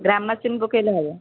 ଗ୍ରାମାସିନ୍ ପକେଇଲେ ହବ